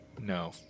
No